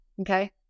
okay